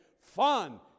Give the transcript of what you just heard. fun